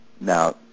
now